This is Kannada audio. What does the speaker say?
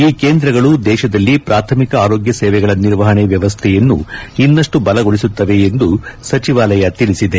ಈ ಕೇಂದ್ರಗಳು ದೇಶದಲ್ಲಿ ಪ್ರಾಥಮಿಕ ಆರೋಗ್ಯ ಸೇವೆಗಳ ನಿರ್ವಹಣೆ ವ್ಯವಸ್ಥೆಯನ್ನು ಇನ್ವಷ್ಟು ಬಲಗೊಳಿಸುತ್ತವೆ ಎಂದು ಸಚಿವಾಲಯ ತಿಳಿಸಿದೆ